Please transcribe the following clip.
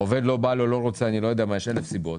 העובד, לא בא לו, לא רוצה, יש אלף סיבות,